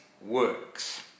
works